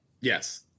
Yes